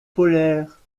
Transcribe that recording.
polaire